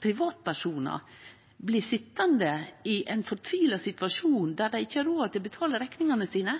privatpersonar blir sitjande i ein fortvila situasjon der dei ikkje har råd til å betale rekningane sine,